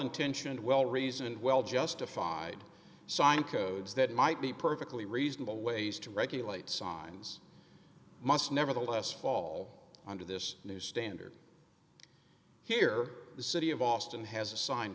intentioned well reasoned well justified signed codes that might be perfectly reasonable ways to regulate signs must nevertheless fall under this new standard here the city of austin has a sign